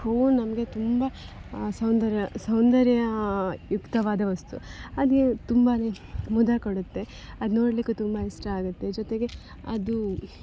ಹೂವು ನಮಗೆ ತುಂಬ ಸೌಂದರ್ಯ ಸೌಂದರ್ಯಯುಕ್ತವಾದ ವಸ್ತು ಅದು ತುಂಬಾ ಮುದ ಕೊಡುತ್ತೆ ಅದು ನೋಡ್ಲಿಕ್ಕೂ ತುಂಬ ಇಷ್ಟ ಆಗುತ್ತೆ ಜೊತೆಗೆ ಅದು